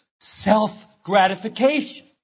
self-gratification